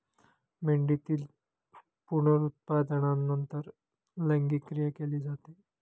मेंढीतील पुनरुत्पादनानंतर लैंगिक क्रिया केली जाते